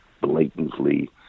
blatantly